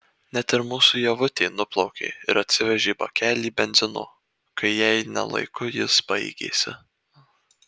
net ir mūsų ievutė nuplaukė ir atsivežė bakelį benzino kai jai ne laiku jis baigėsi